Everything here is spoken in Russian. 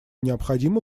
необходимо